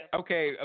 okay